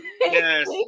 Yes